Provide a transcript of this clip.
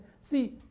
see